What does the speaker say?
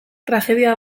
tragedia